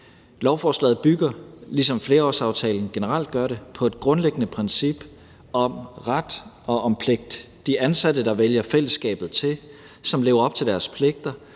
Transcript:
generelt gør det, på et grundlæggende princip om ret og pligt. De indsatte, som vælger fællesskabet til, som lever op til deres pligter,